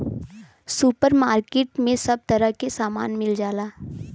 super market में सब तरह के सामान मिल जाला